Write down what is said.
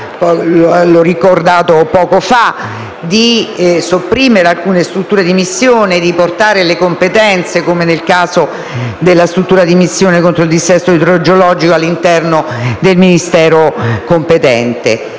l'ho ricordato poco fa - di sopprimere alcune strutture di missione e portare le competenze, come nel caso della struttura di missione contro il dissesto idrogeologico, all'interno del Ministero competente.